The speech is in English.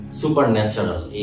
supernatural